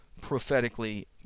prophetically